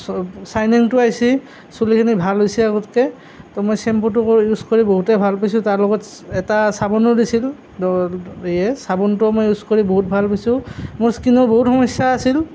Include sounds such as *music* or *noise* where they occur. চ চাইনিঙটো আহিছে চুলিখিনি ভাল হৈছে আগতকৈ তো মই চেম্পুটো কৰি ইউজ কৰি বহুতেই ভাল পাইছোঁ তাৰ লগত এটা চাবোনো দিছিল *unintelligible* চাবোনটো মই ইউজ কৰি বহুত ভাল পাইছোঁ মোৰ স্কিনৰ বহুত সমস্যা আছিল